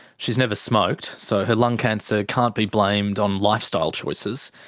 she's never smoked so her lung cancer can't be blamed on lifestyle choices.